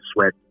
sweat